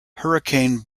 hurricane